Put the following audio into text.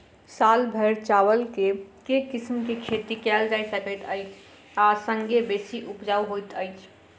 साल भैर चावल केँ के किसिम केँ खेती कैल जाय सकैत अछि आ संगे बेसी उपजाउ होइत अछि?